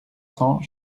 cents